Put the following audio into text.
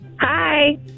Hi